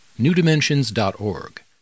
newdimensions.org